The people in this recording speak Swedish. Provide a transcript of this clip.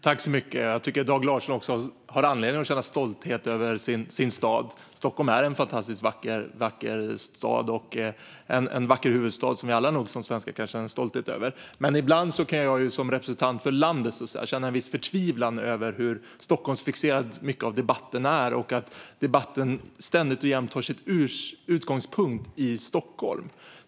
Fru talman! Dag Larsson har all anledning att känna stolthet över sin stad. Stockholm är en fantastiskt vacker huvudstad som alla svenskar kan känna stolthet över. Men ibland kan jag som representant för landet känna en viss förtvivlan över hur Stockholmsfixerad mycket av debatten är och att debatten ständigt och jämt tar sin utgångspunkt i Stockholm.